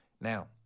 Now